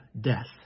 death